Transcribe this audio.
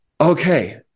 Okay